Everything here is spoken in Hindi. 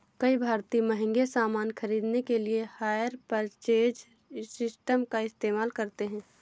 कई भारतीय महंगे सामान खरीदने के लिए हायर परचेज सिस्टम का इस्तेमाल करते हैं